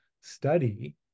study